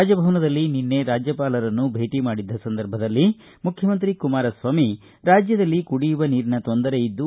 ರಾಜಭವನದಲ್ಲಿ ನಿನ್ನೆ ರಾಜ್ಯಪಾಲರನ್ನು ಭೇಟ ಮಾಡಿದ ಸಂದರ್ಭದಲ್ಲಿ ಮುಖ್ಯಮಂತ್ರಿ ಕುಮಾರಸ್ವಾಮಿ ರಾಜ್ಞದಲ್ಲಿ ಕುಡಿಯುವ ನೀರಿನ ತೊಂದರೆ ಇದ್ದು